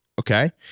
Okay